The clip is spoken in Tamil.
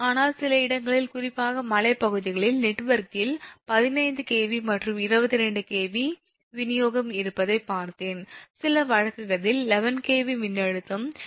ஆனால் சில இடங்களில் குறிப்பாக மலைப்பகுதிகளில் நெட்வொர்க்கில் 15 𝑘𝑉 அல்லது 22 𝑘𝑉 விநியோகம் இருப்பதை பார்த்தேன் சில வழக்குகளில் 11 𝑘𝑉 மின்னழுத்தம் 6